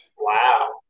Wow